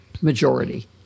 majority